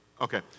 Okay